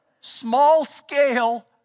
small-scale